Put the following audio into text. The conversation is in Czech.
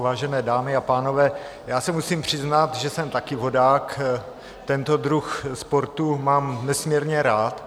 Vážené dámy a pánové, musím se přiznat, že jsem také vodák, tento druh sportu mám nesmírně rád.